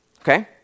Okay